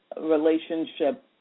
relationship